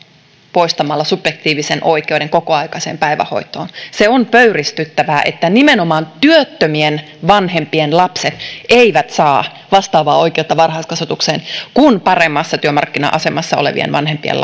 poistamalla subjektiivisen oikeuden kokoaikaiseen päivähoitoon se on pöyristyttävää että nimenomaan työttömien vanhempien lapset eivät saa vastaavaa oikeutta varhaiskasvatukseen kuin paremmassa työmarkkina asemassa olevien vanhempien